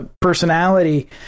personality